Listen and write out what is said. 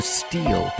steal